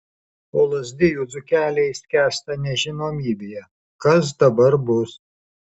o lazdijų dzūkeliai skęsta nežinomybėje kas dabar bus